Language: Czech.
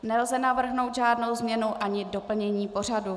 Nelze navrhnout žádnou změnu ani doplnění pořadu.